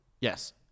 Yes